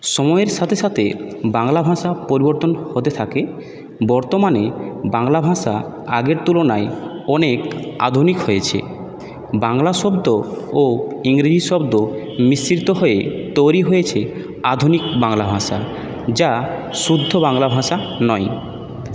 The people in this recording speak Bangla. সময়ের সাথে সাথে বাংলা ভাষা পরিবর্তন হতে থাকে বর্তমানে বাংলা ভাষা আগের তুলনায় অনেক আধুনিক হয়েছে বাংলা শব্দ ও ইংরেজি শব্দ মিশ্রিত হয়ে তৈরি হয়েছে আধুনিক বাংলা ভাষা যা শুদ্ধ বাংলা ভাষা নয়